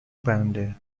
بنده